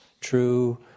true